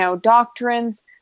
doctrines